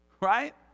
right